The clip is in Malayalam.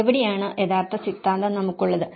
എവിടെയാണ് യഥാർത്ഥ സിദ്ധാന്തം നമുക്കുള്ളത്